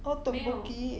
oh tteokbokki